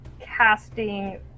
casting